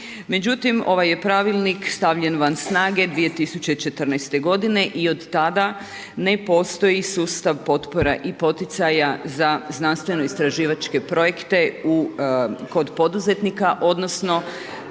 Međutim, ovaj je pravilnik stavljen van snage 2014. g. i od tada ne postoji sustav potpora i poticaja za znanstveno istraživačke projekte kod poduzetnika, odnosno,